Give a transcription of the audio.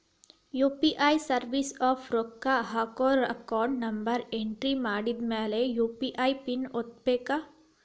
UPI service app ರೊಕ್ಕ ಹಾಕೋರ್ account number entry ಮಾಡಿದ್ಮ್ಯಾಲೆ ಯು.ಪಿ.ಐ ಪಿನ್ ಒತ್ತಬೇಕು